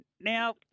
Now